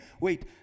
Wait